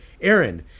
Aaron